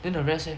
then the rest leh